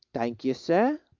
thank you, sir.